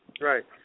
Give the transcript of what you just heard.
right